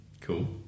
Cool